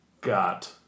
got